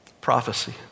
Prophecy